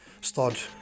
start